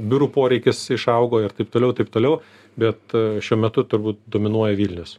biurų poreikis išaugo ir taip toliau taip toliau bet šiuo metu turbūt dominuoja vilnius